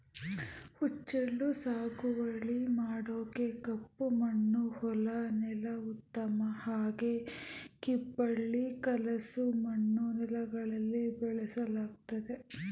ಹುಚ್ಚೆಳ್ಳು ಸಾಗುವಳಿ ಮಾಡೋಕೆ ಕಪ್ಪಮಣ್ಣು ಹೊಲ ನೆಲ ಉತ್ತಮ ಹಾಗೆ ಕಿಬ್ಬಳಿ ಕಲಸು ಮಣ್ಣು ನೆಲಗಳಲ್ಲಿ ಬೆಳೆಸಲಾಗ್ತದೆ